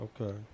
Okay